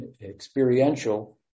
experiential